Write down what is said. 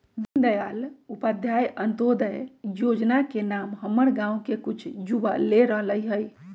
दीनदयाल उपाध्याय अंत्योदय जोजना के नाम हमर गांव के कुछ जुवा ले रहल हइ